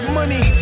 money